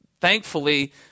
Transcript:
Thankfully